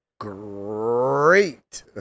great